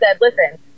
listen